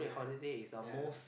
yeah yeah